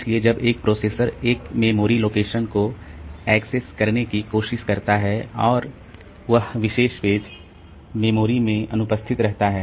इसलिए जब एक प्रोसेसर एक मेमोरी लोकेशन को एक्सेस करने की कोशिश करता है और वह विशेष पेज मेमोरी में अनुपस्थित रहता है